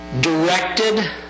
directed